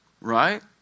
Right